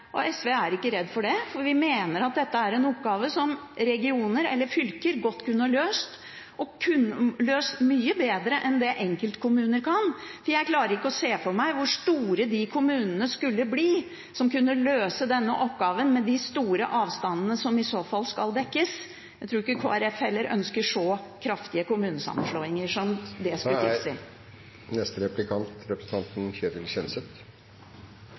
overkommuneoppgave. SV er ikke redd for det, for vi mener at dette er en oppgave som regioner eller fylker godt kunne løst, og løst mye bedre enn det enkeltkommuner kan. For jeg klarer ikke å se for meg hvor store de kommunene skulle bli som kunne løse denne oppgaven, med de store avstandene som i så fall skal dekkes. Jeg tror heller ikke Kristelig Folkeparti ønsker så kraftige kommunesammenslåinger som det skulle tilsi. Siden representanten